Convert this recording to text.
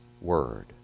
word